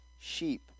sheep